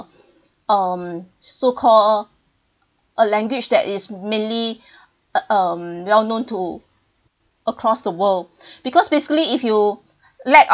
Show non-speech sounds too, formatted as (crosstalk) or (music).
um so call a language that is mainly (breath) um well known to across the world because basically if you lack of